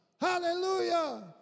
Hallelujah